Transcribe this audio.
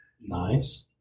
nice